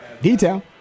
Detail